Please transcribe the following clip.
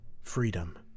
freedom